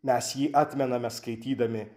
mes jį atmename skaitydami